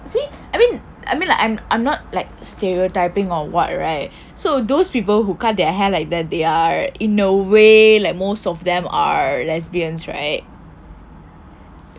see I mean like I'm I'm not like stereotyping or what right so those people who cut their hair like that they are in a way like most of them are lesbians right